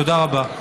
תודה רבה.